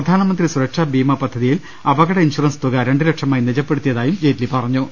പ്രധാനമന്ത്രി സുർക്ഷാ ബീമ പദ്ധതിയിൽ അപകട ഇൻഷൂ റൻസ് തുക രണ്ട് ലക്ഷമായി നിജപ്പെടുത്തിയതായി ജെയ്റ്റ്ലി പറ ഞ്ഞു